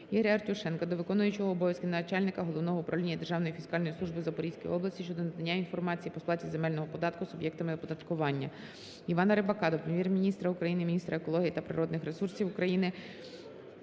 Ігоря Артюшенка до виконуючої обов'язки начальника Головного управління Державної фіскальної служби у Запорізькій області щодо надання інформації по сплаті земельного податку суб'єктами оподаткування. Івана Рибака до Прем'єр-міністра України, міністра екології та природних ресурсів України,